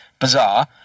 Bizarre